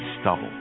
stubble